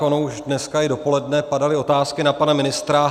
Ono už dneska i dopoledne padaly otázky na pana ministra.